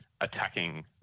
attacking